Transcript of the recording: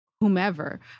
whomever